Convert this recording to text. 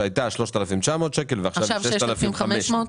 שהייתה 3,900 שקל ועכשיו היא 6,500 שקל.